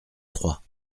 trois